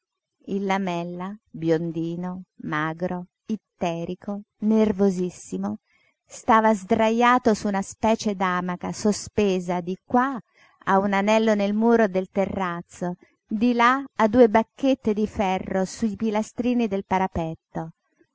il lamella biondino magro itterico nervosissimo stava sdrajato su una specie d'amaca sospesa di qua a un anello nel muro del terrazzo di là a due bacchette di ferro sui pilastrini del parapetto